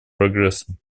прогрессу